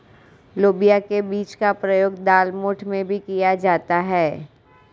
लोबिया के बीज का प्रयोग दालमोठ में भी किया जाता है